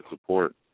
support